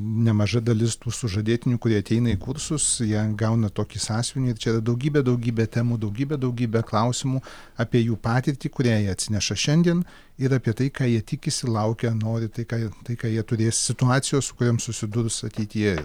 nemaža dalis tų sužadėtinių kurie ateina į kursus jei gauna tokį sąsiuvinį ir čia daugybė daugybė temų daugybė daugybė klausimų apie jų patirtį kurią jie atsineša šiandien ir apie tai ką jie tikisi laukia nori tai ką tai ką jie turės situacijos su kuriom susidurs ateityje